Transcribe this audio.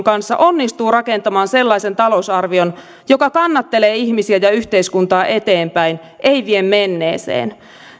kanssa onnistuu rakentamaan sellaisen talousarvion joka kannattelee ihmisiä ja yhteiskuntaa eteenpäin ei vie menneeseen